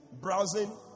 browsing